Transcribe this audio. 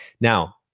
Now